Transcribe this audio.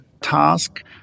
task